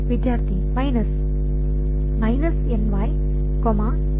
ವಿದ್ಯಾರ್ಥಿ ಮೈನಸ್